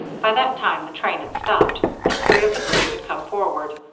by that time the train had stopped, and three of the crew had come forward.